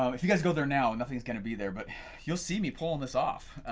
um if you guys go there now nothing is gonna be there but you'll see me pulling this off.